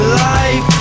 life